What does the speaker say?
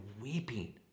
weeping